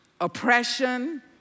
oppression